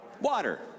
Water